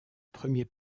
premier